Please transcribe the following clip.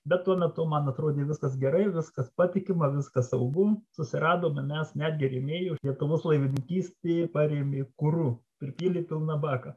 bet tuo metu man atrodė viskas gerai viskas patikima viskas saugu susiradome mes netgi rėmėjų lietuvos laivininkystė parėmė kuru pripylė pilną baką